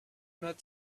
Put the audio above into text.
not